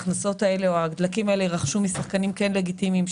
והדלקים האלה יירכשו משחקנים כן לגיטימיים,